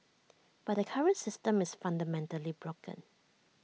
but the current system is fundamentally broken